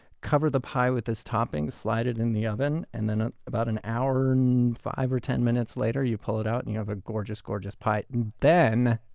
cover the pie with this topping, slide it in the oven. and ah about an hour and five or ten minutes later, you pull it out, and you have a gorgeous gorgeous pie and then,